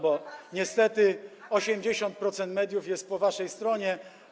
bo niestety 80% mediów jest po waszej stronie.